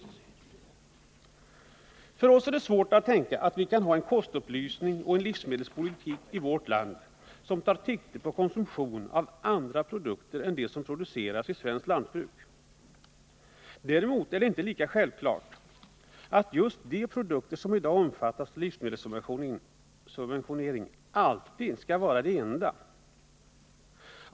Vi har svårt att tänka oss att vi i vårt land kan ha en kostupplysning och en livsmedelspolitik, som tar sikte på konsumtion av andra produkter än dem som produceras i det svenska lantbruket. Däremot är det inte lika självklart att just de produkter som i dag omfattas av livsmedelssubventioner alltid skall vara de enda.